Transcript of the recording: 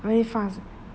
very fast ah